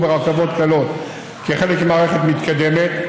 חברי חבר הכנסת משה מזרחי,